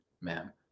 ma'am